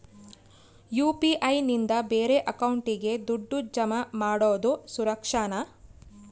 UPI ನಿಂದ ಬೇರೆ ಅಕೌಂಟಿಗೆ ದುಡ್ಡು ಜಮಾ ಮಾಡೋದು ಸುರಕ್ಷಾನಾ?